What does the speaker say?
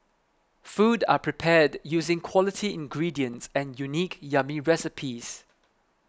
food are prepared using quality ingredients and unique yummy recipes